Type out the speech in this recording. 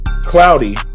cloudy